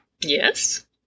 Yes